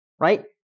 Right